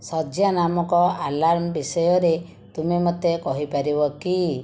ଶଯ୍ୟା ନାମକ ଆଲାର୍ମ ବିଷୟରେ ତୁମେ ମୋତେ କହିପାରିବ କି